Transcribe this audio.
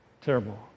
terrible